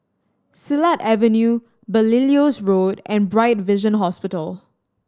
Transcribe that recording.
Silat Avenue Belilios Road and Bright Vision Hospital